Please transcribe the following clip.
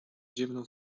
ziewnął